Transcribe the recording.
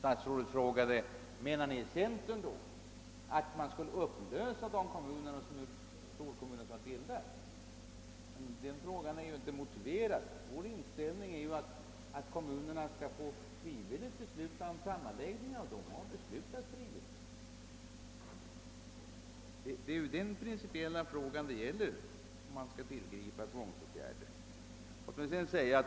Statsrådet frågade om vi i centern menar att de storkommuner som bildats skall upplösas. Denna fråga är inte motiverad. Vår inställning är ju att kommunerna frivilligt skall få besluta om sammanläggning, och dessa har frivilligt beslutat sig härför. Den principiella frågan gäller om man skall tillgripa tvångsåtgärder.